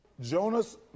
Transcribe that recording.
Jonas